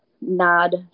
nod